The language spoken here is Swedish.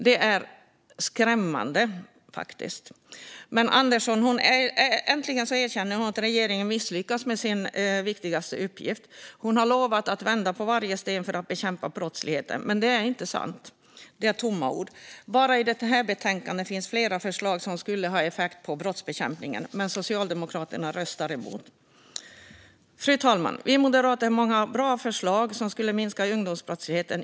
Det är skrämmande. Men äntligen erkänner Andersson att regeringen har misslyckats med sin viktigaste uppgift. Hon har lovat att vända på varje sten för att bekämpa brottsligheten. Men det är inte sant. Det är tomma ord. Bara i det här betänkandet finns flera förslag som skulle ha effekt på brottsbekämpningen. Men Socialdemokraterna röstar emot. Fru talman! Vi moderater har många bra förslag som skulle minska ungdomsbrottsligheten.